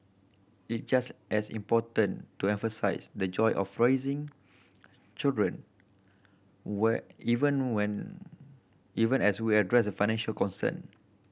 it's just as important to emphasise the joy of raising children wear even when even as we address the financial concern